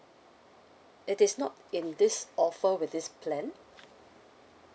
it is not in this offer with this plan